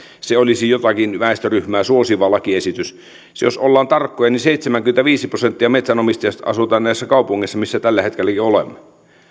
olisi jotakin väestöryhmää suosiva lakiesitys jos ollaan tarkkoja niin seitsemänkymmentäviisi prosenttia metsänomistajista asuvat näissä kaupungeissa missä tällä hetkelläkin olemme